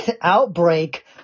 outbreak